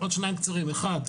נקודות קצרות: אחת,